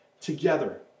together